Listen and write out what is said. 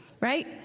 right